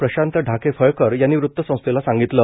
प्रशात ढाकेफळकर यांनी वृत्तसंस्थेला सांगितलं